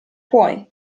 puoi